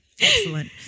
excellent